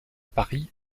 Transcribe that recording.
paris